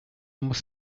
muss